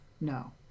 No